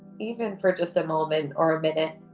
even for just a moment or a minute,